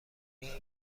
این